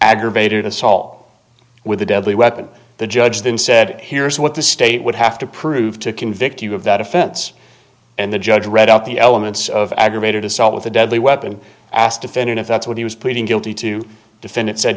aggravated assault with a deadly weapon the judge then said here's what the state would have to prove to convict you of that offense and the judge read out the elements of aggravated assault with a deadly weapon asked defendant if that's what he was pleading guilty to defend it said